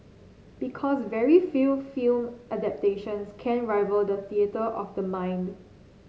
because very few film adaptations can rival the theatre of the mind